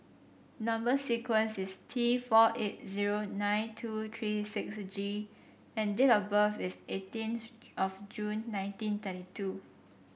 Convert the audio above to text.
number sequence is T four eight zero nine two three six G and date of birth is eighteen of June nineteen thirty two